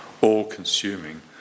All-consuming